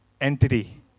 entity